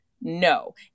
no